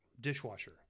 dishwasher